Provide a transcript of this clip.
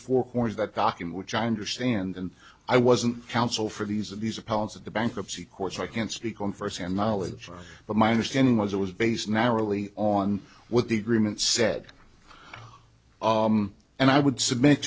four corners that docking which i understand and i wasn't counsel for these of these opponents of the bankruptcy court so i can't speak on first hand knowledge but my understanding was it was based narrowly on what the agreement said and i would submit